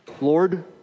Lord